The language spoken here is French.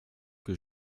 que